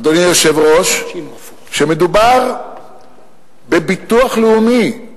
אדוני היושב-ראש, שמדובר בביטוח לאומי,